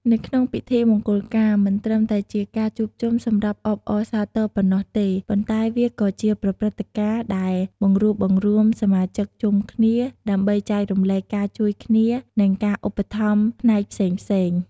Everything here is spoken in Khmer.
នៅក្នុងពិធីមង្គលការ មិនត្រឹមតែជាការជួបជុំសម្រាប់អបអរសាទរប៉ុណ្ណោះទេ ប៉ុន្តែវាក៏ជាប្រព្រឹត្តិការណ៍ដែលបង្រួបបង្រួមសមាជិកជុំគ្នា ដើម្បីចែករំលែកការជួយគ្នា និងការឧបត្ថម្ភផ្នែកផ្សេងៗ។